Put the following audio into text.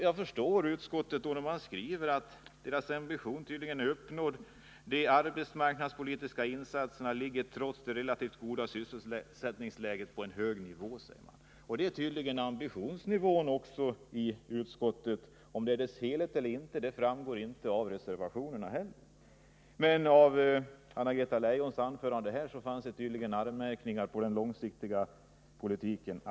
Jag förstår att utskottets ambitionsnivå är uppnådd, eftersom man skriver: ”De arbetsmarknadspolitiska insatserna ligger trots det relativt goda sysselsättningsläget på en hög nivå.” Detta tyder på att förhållandena stämmer med ambitionsnivån i utskottet — om det är dess helhet eller inte framgår varken av utskottsbetänkandet eller reservationerna. Men att döma av Anna-Greta Leijons anförande finns det tydligen anmärkningar mot den långsiktiga politiken.